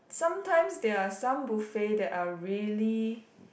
sometimes there are some buffet that are really